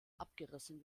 abgerissen